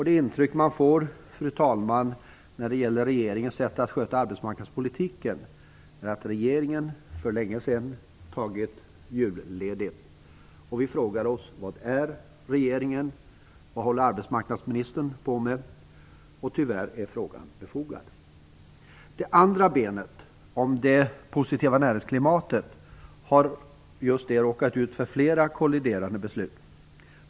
Det intryck man får, fru talman, när det gäller regeringens sätt att sköta arbetsmarknadspolitiken är att regeringen för länge sedan har tagit julledigt. Vi frågar oss var regeringen är och vad arbetsmarknadsministern håller på med. Tyvärr är frågan befogad. Det andra benet om det positiva näringsklimatet har råkat ut för flera kolliderande beslut.